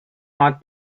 north